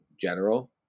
general